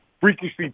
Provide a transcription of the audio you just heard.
freakishly